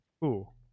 Cool